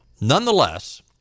Nonetheless